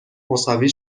مساوی